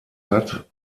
hat